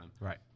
Right